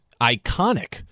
iconic